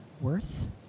worth